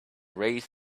raise